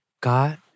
God